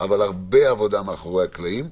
אבל הרבה עבודה מאחורי הקלעים.